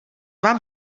vám